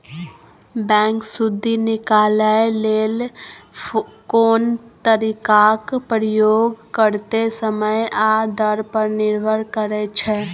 bank सुदि निकालय लेल कोन तरीकाक प्रयोग करतै समय आ दर पर निर्भर करै छै